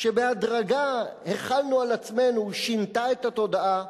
שבהדרגה החלנו על עצמנו שינתה את התודעה,